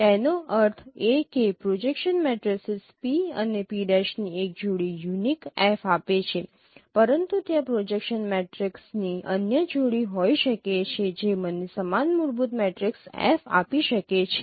તેનો અર્થ એ કે પ્રોજેક્શન મેટ્રિસીસ P અને P' ની એક જોડી યુનિક F આપે છે પરંતુ ત્યાં પ્રોજેક્શન મેટ્રિક્સની અન્ય જોડી હોઈ શકે છે જે મને સમાન મૂળભૂત મેટ્રિક્સ F આપી શકે છે